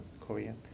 Korean